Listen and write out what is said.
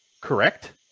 correct